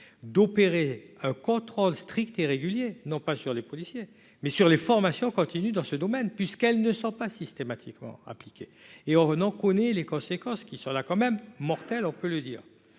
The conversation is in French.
d'opérer un contrôle strict et régulier, non pas sur les policiers, mais sur les formations continues dans ce domaine, puisqu'elles ne sont pas systématiquement appliquées et que l'on en connaît les conséquences, qui sont, on peut le dire,